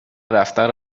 رفتار